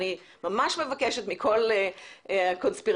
אני ממש מבקשת מכל הקונספירטורים,